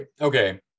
okay